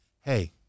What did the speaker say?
Hey